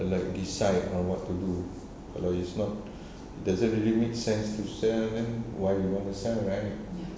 and like decide on what to do kalau it's not doesn't really make sense to sell then why you want to sell right